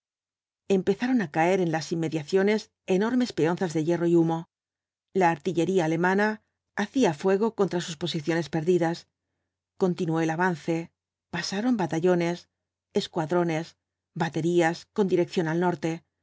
empezaron á caer en las inmediaciones enormes peonzas de hierro y humo la artillería alemana hacía fuego contra sus posiciones perdidas continuó el avance pasaron batallones escuadrones baterías con dirección al norte